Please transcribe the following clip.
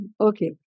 Okay